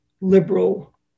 liberal